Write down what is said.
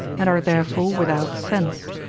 and are therefore without sense.